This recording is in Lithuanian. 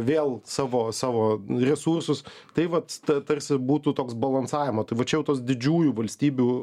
vėl savo savo resursus tai vat tarsi būtų toks balansavimo tai va čia jau tos didžiųjų valstybių